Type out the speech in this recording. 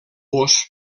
gos